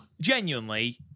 Genuinely